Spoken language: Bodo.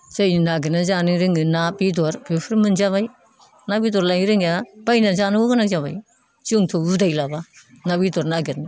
जायनो नागिरना जानो रोङो ना बेदर बेफोर मोनजाबाय ना बेदर लायनो रोङैया बायना जानांगौ गोनां जाबाय जोंथ' उदायलाब्ला ना बेदर नागिरनो